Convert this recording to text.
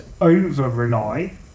over-rely